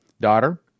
daughter